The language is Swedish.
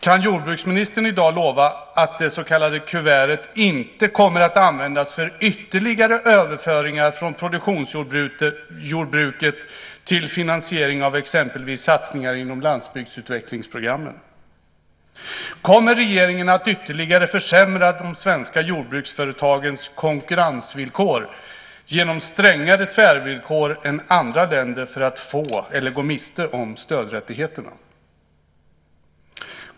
Kan jordbruksministern i dag lova att det så kallade kuvertet inte kommer att användas för ytterligare överföringar från produktionsjordbruket till finansiering av exempelvis satsningar inom landsbygdsutvecklingsprogrammet? Kommer regeringen att ytterligare försämra de svenska jordbruksföretagens konkurrensvillkor genom strängare tvärvillkor än andra länder för att få eller gå miste om stödrättigheterna?